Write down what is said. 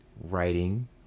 writing